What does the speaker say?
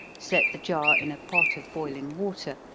set the jar in a pot of boiling water,